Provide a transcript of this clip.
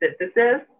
synthesis